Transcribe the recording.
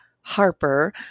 Harper